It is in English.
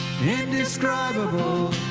Indescribable